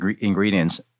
ingredients